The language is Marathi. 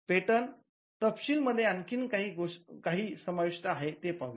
पेटंट तपशील मध्ये आणखी काय समाविष्ट आहे ते पाहू